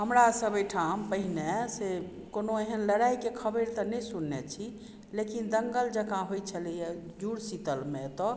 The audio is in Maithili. हमरा सब ओइ ठाम पहिनेसँ कोनो एहन लड़ाइके खबरि तऽ नहि सुनने छी लेकिन दङ्गल जकाँ होइ छलैए जूड़शीतलमे एतऽ